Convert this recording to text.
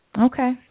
Okay